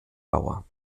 bauer